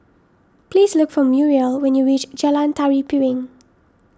please look for Muriel when you reach Jalan Tari Piring